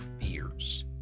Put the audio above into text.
fears